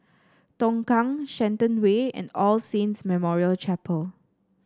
Tongkang Shenton Way and All Saints Memorial Chapel